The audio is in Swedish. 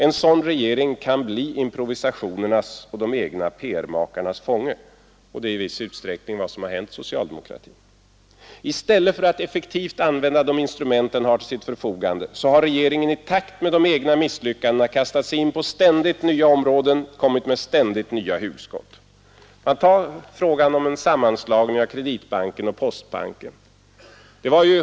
En sådan regering kan bli improvisationernas och de egna PR-makarnas fånge. Det är i viss utsträckning vad som har hänt socialdemokratin. I stället för att effektivt använda de instrument den har till sitt förfogande har regeringen i takt med de egna misslyckandena kastat sig på ständigt nya områden och kommit med ständigt nya hugskott. Ta t.ex. frågan om en sammanslagning av Kreditbanken och Postbanken.